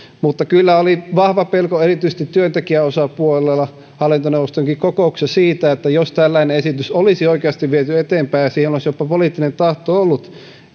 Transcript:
mutta kyllä oli vahva pelko erityisesti työntekijäosapuolella hallintoneuvostonkin kokouksessa siitä että jos tällainen esitys olisi oikeasti viety eteenpäin ja jos siihen olisi jopa poliittinen tahto ollut